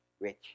rich